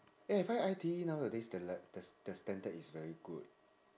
eh I find I_T_E nowadays the le~ the the standard is very good